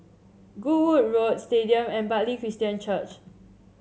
Goodwood Road Stadium and Bartley Christian Church